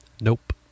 Nope